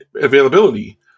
availability